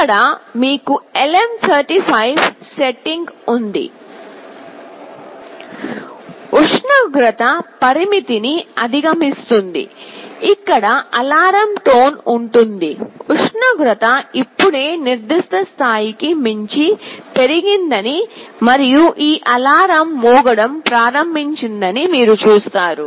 ఇక్కడ మీకు LM35 setting ఉంది ఉష్ణోగ్రత పరిమితిని అధిగమిస్తుంది ఇక్కడ అలారం టోన్ ఉంటుంది ఉష్ణోగ్రత ఇప్పుడే నిర్దిష్ట స్థాయికి మించి పెరిగిందని మరియు ఈ అలారం మోగడం ప్రారంభించిందని మీరు చూస్తారు